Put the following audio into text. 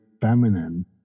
feminine